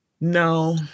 No